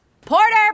Porter